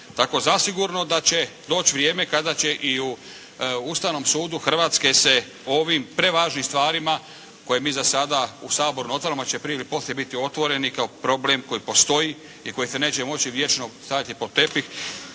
Tako zasigurno da će doći vrijeme kada će i u Ustavnom sudu Hrvatske se o ovim prevažnim stvarima koje mi sada u Saboru ne otvaramo će prije ili poslije biti otvoreni kao problem koji postoji i koji se neće moći vječno stavljati pod tepih